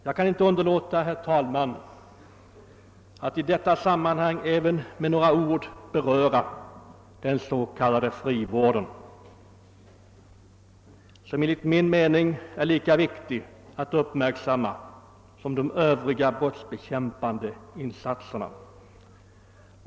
Jag kan inte underlåta, herr talman, att i detta sammanhang med några ord beröra även den s.k. frivården, som enligt min mening är lika mycket värd uppmärksamhet som de övriga brottsbekämpande insatserna.